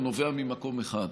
הוא נובע ממקום אחד: